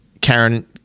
Karen